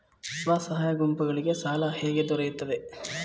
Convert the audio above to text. ಸ್ವಸಹಾಯ ಗುಂಪುಗಳಿಗೆ ಸಾಲ ಹೇಗೆ ದೊರೆಯುತ್ತದೆ?